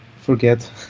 forget